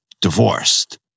divorced